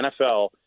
NFL